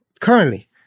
currently